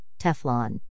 Teflon